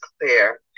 clear